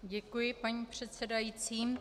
Děkuji, paní předsedající.